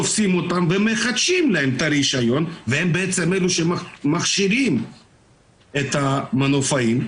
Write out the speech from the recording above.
תופסים אותם ומחדשים להם את הרישיון והם אלה שמכשירים את המנופאים,